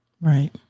right